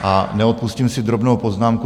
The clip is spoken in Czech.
A neodpustím si drobnou poznámku.